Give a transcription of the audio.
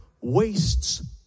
wastes